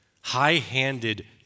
high-handed